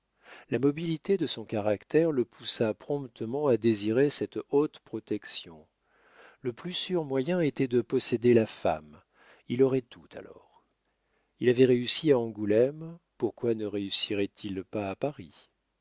la mobilité de son caractère le poussa promptement à désirer cette haute protection le plus sûr moyen était de posséder la femme il aurait tout alors il avait réussi à angoulême pourquoi ne réussirait il pas à paris